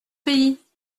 pays